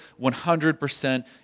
100%